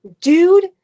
dude